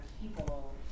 people